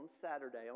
Saturday